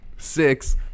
Six